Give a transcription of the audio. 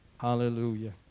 Hallelujah